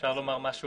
אפשר לומר משהו